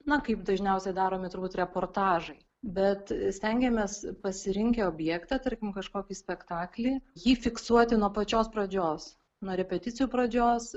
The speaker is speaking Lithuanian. na kaip dažniausiai daromi turbūt reportažai bet stengiamės pasirinkę objektą tarkim kažkokį spektaklį jį fiksuoti nuo pačios pradžios nuo repeticijų pradžios